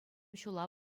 ҫула